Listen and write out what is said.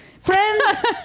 Friends